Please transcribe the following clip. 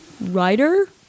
writer